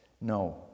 No